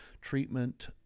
treatment